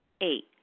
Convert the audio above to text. Eight